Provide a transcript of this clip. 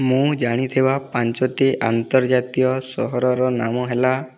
ମୁଁ ଜାଣିଥିବା ପାଞ୍ଚୋଟି ଆନ୍ତର୍ଜାତୀୟ ସହରର ନାମ ହେଲା